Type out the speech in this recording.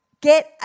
get